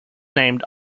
named